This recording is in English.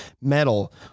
metal